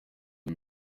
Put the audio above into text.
ibi